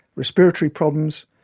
respiratory problems,